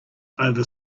over